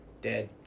Dead